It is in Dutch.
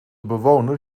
bewoner